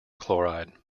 chloride